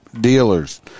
dealers